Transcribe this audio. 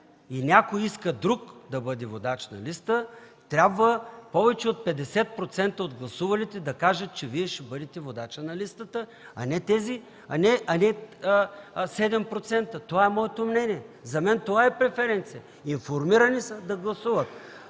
и някой друг иска да бъде водач на листа, трябва повече от 50% от гласувалите да кажат, че Вие ще бъдете водачът на листата, а не 7%. Това е моето мнение. За мен това е преференцията – информирани са, да гласуват.